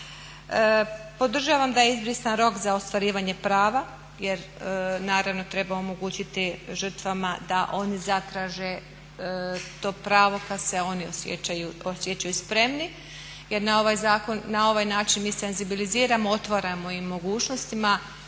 Podržavam da je izbrisan rok za ostvarivanje prava jer naravno treba omogućiti žrtvama da oni zatraže to pravo kad se oni osjećaju spremni jer na ovaj način mi senzibiliziramo, otvaramo im mogućnosti,